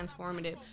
transformative